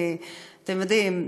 אתם יודעים,